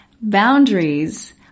boundaries